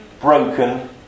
broken